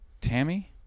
Tammy